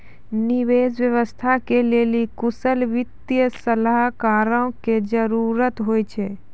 निवेश व्यवस्था के लेली कुशल वित्तीय सलाहकारो के जरुरत होय छै